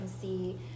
see